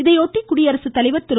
இதையொட்டி குடியரசுத்தலைவர் திரு